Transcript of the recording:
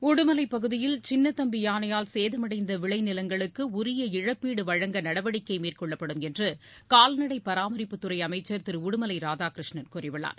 உடுமலைப் பகுதியில் சின்னதம்பி யானையால் சேதடைந்த விளைநிலங்களுக்கு உரிய இழப்பீடு வழங்க நடவடிக்கை மேற்கொள்ளப்படும் என்று கால்நடை பராமரிப்புத் துறை அமைச்சர் திரு உடுமலை ராதாகிரூஷ்ணன் கூறியுள்ளார்